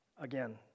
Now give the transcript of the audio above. Again